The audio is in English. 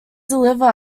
deliver